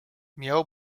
miał